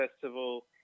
Festival